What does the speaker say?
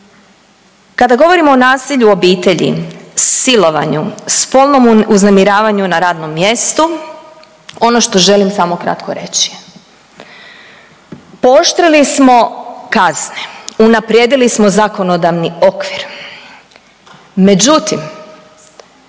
Kada govorimo o nasilju u obitelji, silovanju, spolnom uznemiravanju na radnom mjestu, ono što želim samo kratko reći, pooštrili smo kazne, unaprijedili smo zakonodavni okvir,